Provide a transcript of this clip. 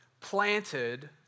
planted